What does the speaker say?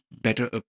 better